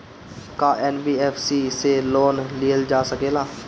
का एन.बी.एफ.सी से लोन लियल जा सकेला?